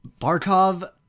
barkov